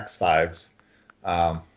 X-Fives